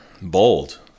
bold